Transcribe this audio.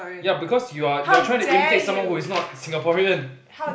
ya because you're you're trying to imitate someone who is not Singaporean